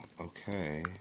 okay